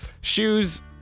shoes